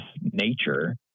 nature